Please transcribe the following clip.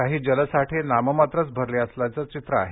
काही जलसाठे नाममात्रच भरले असल्याच चित्र आहे